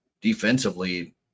defensively